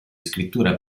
scrittura